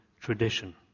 tradition